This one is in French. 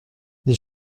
les